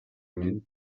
mint